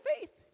faith